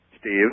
Steve